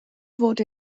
fod